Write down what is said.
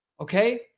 okay